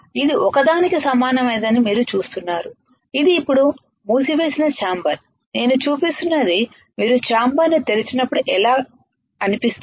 ఇది ఒకదానికి సమానమైనదని మీరు చూస్తున్నారు ఇది ఇప్పుడు మూసివేసిన ఛాంబర్ నేను చూపిస్తున్నది మీరు ఛాంబర్ ని తెరిచినప్పుడు ఎలా అనిపిస్తుంది